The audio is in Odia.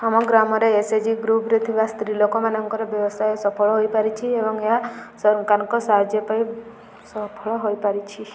ଆମ ଗ୍ରାମରେ ଏସ ଏଚ ଜି ଗ୍ରୁପରେ ଥିବା ସ୍ତ୍ରୀ ଲୋକମାନଙ୍କର ବ୍ୟବସାୟ ସଫଳ ହୋଇପାରିଛି ଏବଂ ଏହା ସରକାରଙ୍କ ସାହାଯ୍ୟ ପାଇଁ ସଫଳ ହୋଇପାରିଛି